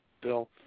Bill